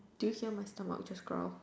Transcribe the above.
did you hear my stomach just growl